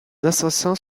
assassins